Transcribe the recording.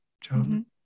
John